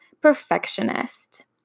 perfectionist